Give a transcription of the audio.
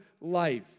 life